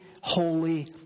holy